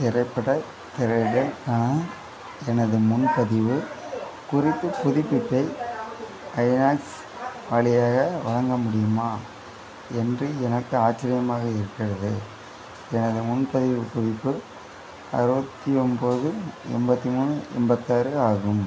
திரைப்படத் திரையிடலுக்கான எனது முன்பதிவுக் குறித்தப் புதுப்பிப்பை ஐநாக்ஸ் வழியாக வழங்க முடியுமா என்று எனக்கு ஆச்சரியமாக இருக்கிறது எனது முன்பதிவுக் குறிப்பு அறுபத்தி ஒம்பது எண்பத்தி மூணு எண்பத்தாறு ஆகும்